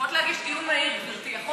יכולת להגיש דיון מהיר, גברתי.